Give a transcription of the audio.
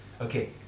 Okay